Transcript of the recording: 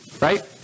right